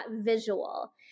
visual